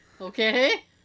Okay